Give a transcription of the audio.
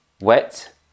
wet